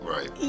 Right